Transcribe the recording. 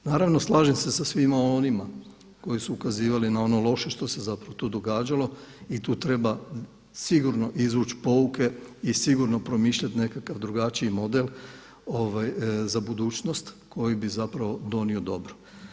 Naravno slažem se sa svima onima koji su ukazivali na ono loše što se zapravo tu događalo i tu treba sigurno izvući pouke i sigurno promišljati nekakav drugačiji model za budućnost koji bi zapravo donio dobro.